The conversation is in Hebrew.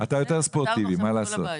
אתה יותר ספורטיבי, מה לעשות.